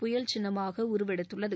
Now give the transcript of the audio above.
புயல் சின்னமாக உருவெடுத்துள்ளது